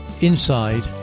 Inside